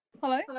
Hello